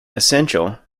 essential